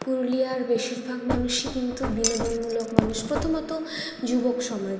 পুরুলিয়ার বেশিরভাগ মানুষই কিন্তু বিনোদনমূলক মানুষ প্রথমত যুবক সমাজ